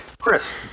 Chris